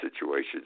situations